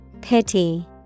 Pity